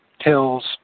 hills